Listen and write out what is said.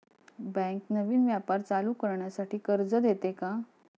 Bank नवीन व्यापार चालू करण्यासाठी कर्ज देते का?